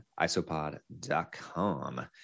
isopod.com